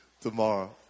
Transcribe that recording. tomorrow